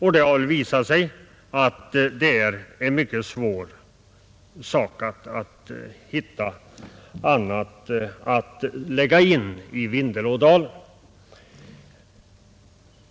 Och det har visat sig att det är mycket svårt att finna arbetstillfällen att sätta in i Vindelådalen.